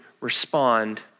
respond